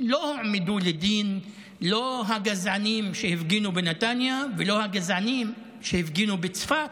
לא הועמדו לדין לא הגזענים שהפגינו בנתניה ולא הגזענים שהפגינו בצפת,